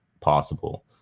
possible